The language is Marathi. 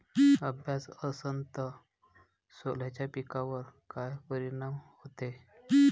अभाळ असन तं सोल्याच्या पिकावर काय परिनाम व्हते?